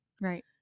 right